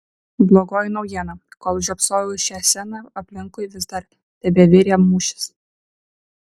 blogoji naujiena kol žiopsojau į šią sceną aplinkui vis dar tebevirė mūšis